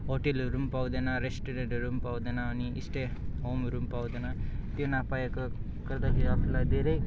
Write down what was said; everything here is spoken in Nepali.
होटलहरू पनि पाउँदैन रेस्टुरेन्टहरू पनि पाउँदैन अनि स्टे होमहरू पनि पाउँदैन त्यो नपाएको गर्दाखेरि आफूलाई धेरै